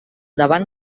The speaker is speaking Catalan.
davant